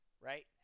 right